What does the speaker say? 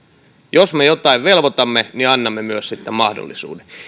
jos me jotain velvoitamme niin annamme myös sitten mahdollisuuden eli